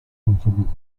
contributed